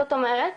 זאת אומרת